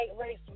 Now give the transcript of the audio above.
race